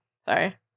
Sorry